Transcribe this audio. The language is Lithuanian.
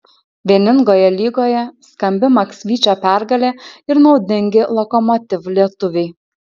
vieningoje lygoje skambi maksvyčio pergalė ir naudingi lokomotiv lietuviai